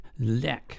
Leck